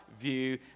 view